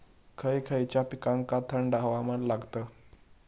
खय खयच्या पिकांका थंड हवामान लागतं?